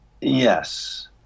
Yes